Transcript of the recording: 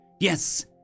Yes